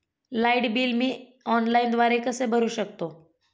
Light bill मी ऑनलाईनद्वारे कसे भरु शकतो?